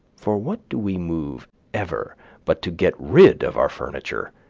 for what do we move ever but to get rid of our furniture,